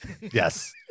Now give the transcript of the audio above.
Yes